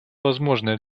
возможное